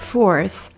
Fourth